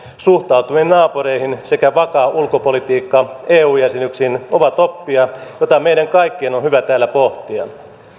suhtautuminen naapureihin sekä vakaa ulkopolitiikka eu jäsenyyksin ovat oppeja joita meidän kaikkien on on hyvä täällä pohtia